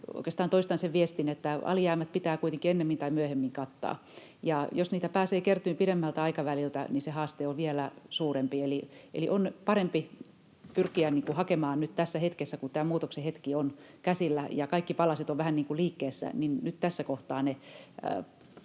toistan sen viestin, että alijäämät pitää kuitenkin ennemmin tai myöhemmin kattaa, ja jos niitä pääsee kertymään pidemmältä aikaväliltä, niin se haaste on vielä suurempi. Eli on parempi pyrkiä hakemaan nyt tässä hetkessä — kun tämän muutoksen hetki on käsillä ja kaikki palaset ovat vähän niin kuin liikkeessä — ne